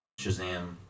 Shazam